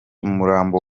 umurambo